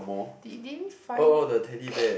did did we find